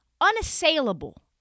unassailable